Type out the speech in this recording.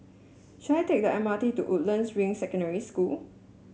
shall I take the M R T to Woodlands Ring Secondary School